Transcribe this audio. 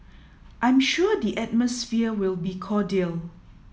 I'm sure the atmosphere will be cordial